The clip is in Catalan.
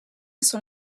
són